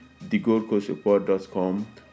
TheGoldCoastReport.com